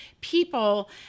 people